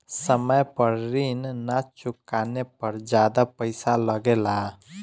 समय पर ऋण ना चुकाने पर ज्यादा पईसा लगेला?